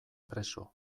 preso